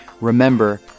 remember